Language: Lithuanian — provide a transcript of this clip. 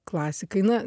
klasikai na